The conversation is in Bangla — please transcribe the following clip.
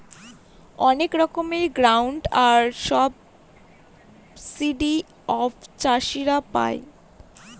অনেক রকমের গ্রান্টস আর সাবসিডি সব চাষীরা পাই